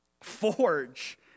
forge